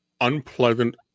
unpleasant